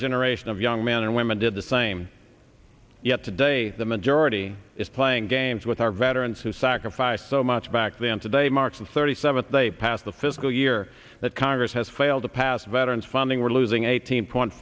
generation of young men and women did the same yet today the majority is playing games with our veterans who sacrificed so much back then today marks the thirty seventh they passed the fiscal year that congress has failed to pass veterans funding we're losing eighteen point